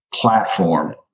Platform